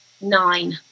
nine